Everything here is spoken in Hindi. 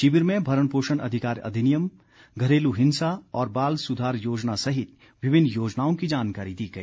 शिविर में भरण पोषण अधिकार अधिनियम घरेलू हिंस्सा और बाल सुधार योजना सहित विभिन्न योजनाओं की जानकारी दी गई